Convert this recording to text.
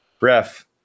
ref